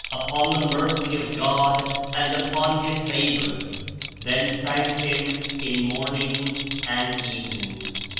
upon the mercy of god and upon his favors then thank him in mornings and evenings.